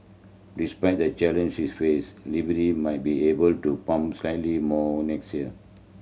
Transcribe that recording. despite the challenge it face Libya might be able to pump slightly more next year